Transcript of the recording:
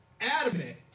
adamant